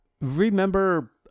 remember